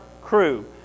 crew